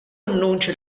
annuncia